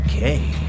Okay